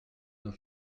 nos